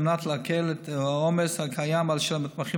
על מנת להקל את העומס הקיים על המתמחים